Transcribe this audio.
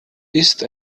ist